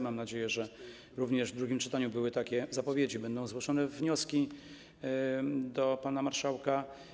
Mam nadzieję, że również podczas drugiego czytania - były takie zapowiedzi - będą zgłoszone wnioski do pana marszałka.